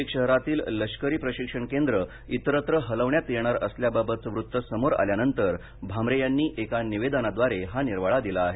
नाशिक शहरातील लष्करी प्रशिक्षण केंद्र इतरत्र हलवण्यात येणार असल्याबाबतचं वृत्त समोर आल्यानंतर भामरे यांनी एका निवेदनाद्वारे हा निर्वाळा दिला आहे